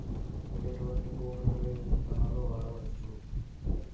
ఎటువంటి భూమిలో ఏ విత్తనాలు వాడవచ్చు?